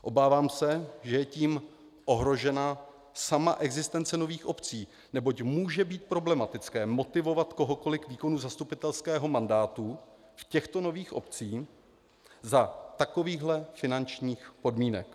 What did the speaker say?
Obávám se, že je tím ohrožena sama existence nových obcí, neboť může být problematické motivovat kohokoliv k výkonu zastupitelského mandátu v těchto nových obcích za takovýchhle finančních podmínek.